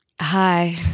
Hi